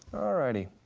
alrighty,